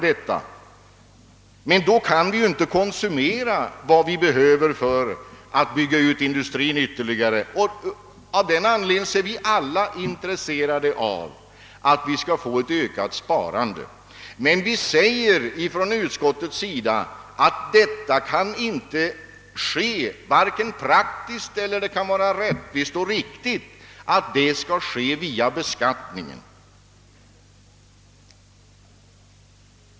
Då kan vi ju inte konsumera vad vi behöver för att bygga ut industrin ytterligare, och av den anledningen är vi alla intresserade av att åstadkomma ett ökat sparande. Men utskottet säger att det varken är praktiskt eller rättvist och riktigt att detta sker via beskattningen.